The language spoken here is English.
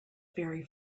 very